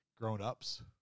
Grown-ups